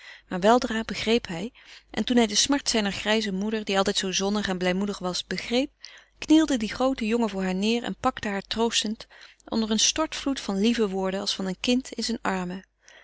maar weldra begreep hij en toen hij de smart zijner grijze moeder die altijd zoo zonnig en blijmoedig was begreep knielde die groote jongen voor haar neêr en pakte haar troostend onder een stortvloed van lieve woorden als van een kind in zijne armen